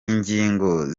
ingingo